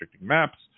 maps